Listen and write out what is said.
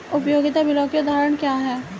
उपयोगिता बिलों के उदाहरण क्या हैं?